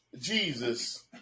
Jesus